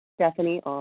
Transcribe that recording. Stephanie